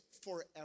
forever